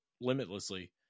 limitlessly